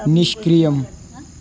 निष्क्रियम्